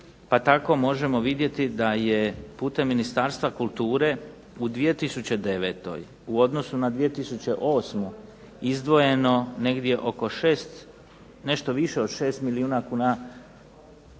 pa tako možemo vidjeti da je putem Ministarstva kulture u 2009. u odnosu na 2008. izdvojeno negdje oko 6, nešto više od 6 milijuna kuna,